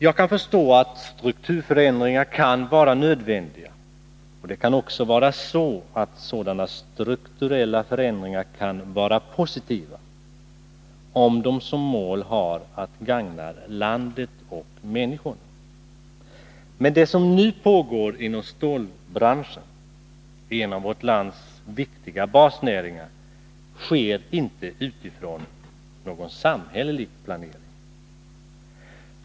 Jag kan förstå att strukturförändringar kan vara nödvändiga, och det kan också vara så att strukturella förändringar kan vara positiva, om de som mål har att gagna landet och människorna. Men det som nu pågår inom stålbranschen — en av vårt lands viktiga basnäringar — sker inte utifrån en samhällelig planering.